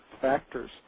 factors